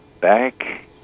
back